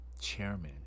chairman